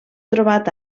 trobat